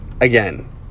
again